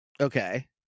Okay